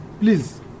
please